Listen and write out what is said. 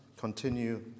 continue